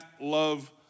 love